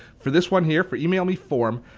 for this one here, for emailmeform,